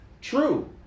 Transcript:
True